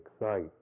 excite